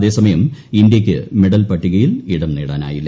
അതേസമയം ഇന്ന്യ്യ്ക്ക് മെഡൽ പട്ടികയിൽ ഇടം നേടാനായില്ല